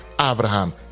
Abraham